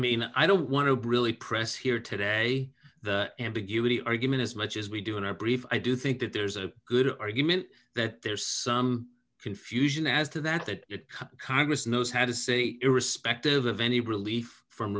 mean i don't want to briley press here today the ambiguity argument as much as we do in our brief i do think that there's a good argument that there's some confusion as to that that congress knows how to say irrespective of any relief from